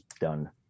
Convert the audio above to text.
done